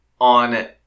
on